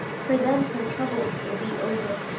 for then her troubles would be over.